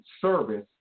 service